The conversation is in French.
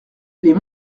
les